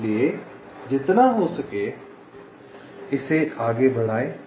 इसलिए जितना हो सके इसे बढ़ाएं